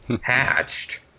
hatched